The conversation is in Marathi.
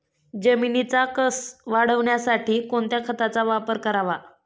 जमिनीचा कसं वाढवण्यासाठी कोणत्या खताचा वापर करावा?